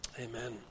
Amen